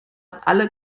alle